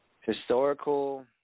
historical